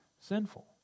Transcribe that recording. sinful